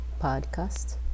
podcast